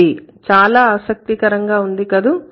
ఇది చాలా ఆసక్తికరంగా ఉంది కదూ